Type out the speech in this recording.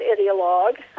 ideologue